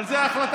אבל זו החלטה